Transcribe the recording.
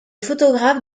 photographe